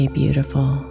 beautiful